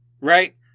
right